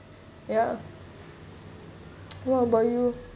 ya what about you